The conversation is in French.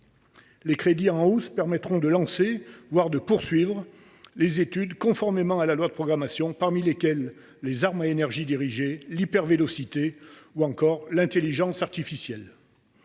Ces crédits en hausse permettront de lancer, voire de poursuivre, des études, conformément à la loi de programmation, sur les armes à énergie dirigée, l’hypervélocité ou encore l’intelligence artificielle.